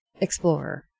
explorer